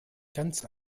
ganz